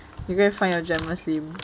you go and find your jamus lim